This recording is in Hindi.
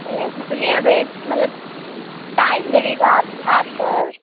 नहीं आप सुनिए अभी मतलब टाइम लगेगा अब आप